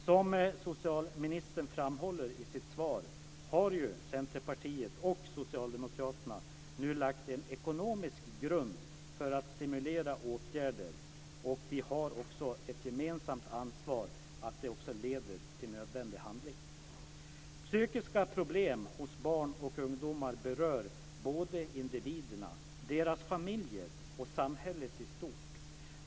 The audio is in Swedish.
Som socialministern framhåller i sitt svar har ju Centerpartiet och Socialdemokraterna nu lagt en ekonomisk grund för att stimulera åtgärder, och vi har ett gemensamt ansvar för att det också leder till nödvändig handling. Psykiska problem hos barn och ungdomar berör både individerna, deras familjer och samhället i stort.